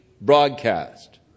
broadcast